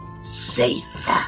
safe